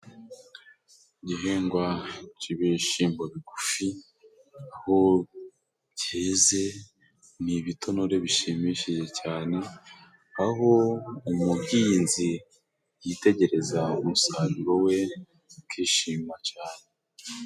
Igihingwa ci'bishimbo bigufi, aho cyeze ni ibitonore bishimishije cyane, aho umuhinzi yitegereza umusaruro we akishima cane.